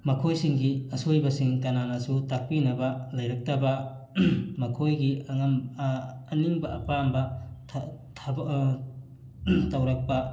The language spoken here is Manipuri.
ꯃꯈꯣꯏꯁꯤꯡꯒꯤ ꯑꯁꯣꯏꯕꯁꯤꯡ ꯀꯅꯥꯅꯁꯨ ꯇꯥꯛꯄꯤꯅꯕ ꯂꯩꯔꯛꯇꯕ ꯃꯈꯣꯏꯒꯤ ꯑꯉꯝ ꯑꯅꯤꯡꯕ ꯑꯄꯥꯝꯕ ꯊꯕꯛ ꯇꯧꯔꯛꯄ